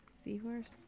Seahorse